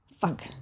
Fuck